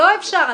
לא אפשר,